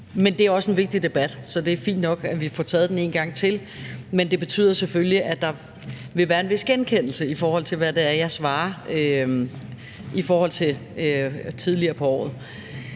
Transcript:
men det er også en vigtig debat, så det er fint nok, at vi får taget den en gang til. Men det betyder selvfølgelig, at der vil være en vis genkendelse i forhold til tidligere på året.